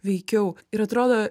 veikiau ir atrodo